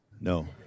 No